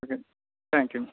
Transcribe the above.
okay thank யூங்க